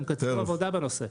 הם כתבו עבודה בנושא.